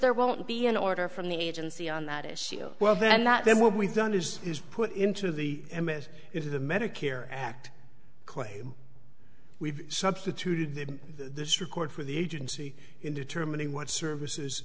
there won't be an order from the agency on that issue oh well then that then what we've done is is put into the m s is the medicare act claim we've substituted this record for the agency in determining what services